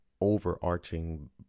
overarching